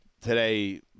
today